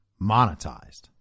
monetized